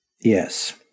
Yes